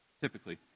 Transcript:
typically